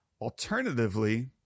alternatively